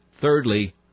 Thirdly